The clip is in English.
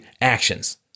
actions